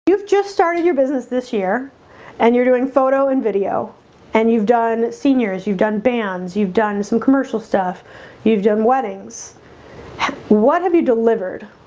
you've just started your business this year and you're doing photo and video and you've done seniors you've done bands you've done some commercial stuff you've done weddings what have you delivered?